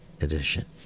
edition